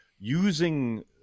using